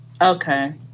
okay